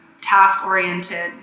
task-oriented